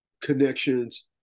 connections